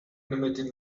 animated